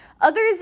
Others